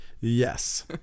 Yes